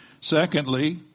Secondly